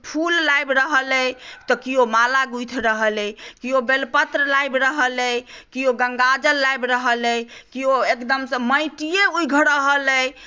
फूल लाबि रहल अइ तऽ केयो माला गुँथि रहल अइ केयो बेलपत्र लाबि रहल अइ केयो गङ्गाजल लाबि रहल अइ केयो एकदमसँ माटिए उघि रहल अइ